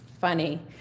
funny